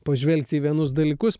pažvelgti į vienus dalykus